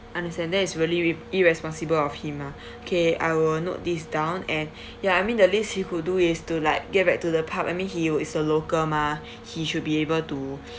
understand that is really re~ irresponsible of him ah okay I will note this down and ya I mean the least he could do is to like get back to the pub I mean he is a local mah he should be able to